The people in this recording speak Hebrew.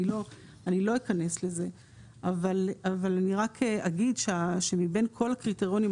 אני לא אכנס לזה אבל אני רק אגיד שמבין כל הקריטריונים,